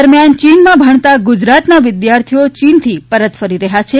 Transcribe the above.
દરમ્યાન ચીનમાં ભણતા ગુજરાતના વિદ્યાર્થીઓ ચીનથી પરત ફરી રહ્યા છે